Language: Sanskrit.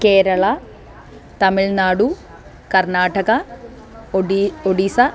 केरळा तमिल्नाडु कर्नाटका ओडीसा ओडिसा